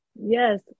Yes